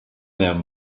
them